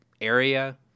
area